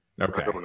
Okay